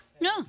No